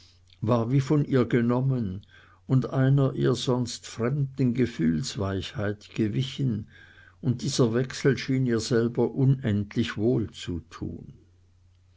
war wie von ihr genommen und einer ihr sonst fremden gefühlsweichheit gewichen und dieser wechsel schien ihr selber unendlich wohlzutun